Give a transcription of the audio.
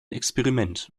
experiment